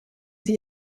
sie